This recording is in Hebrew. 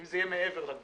אם זה יהיה מעבר לגבול,